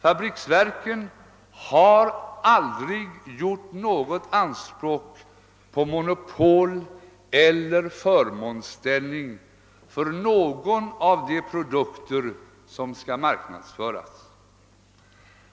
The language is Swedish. Fabriksverken har aldrig gjort anspråk på monopoleller förmånsställning för någon av de produkter som skall marknadsföras.